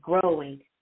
growing